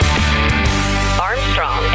Armstrong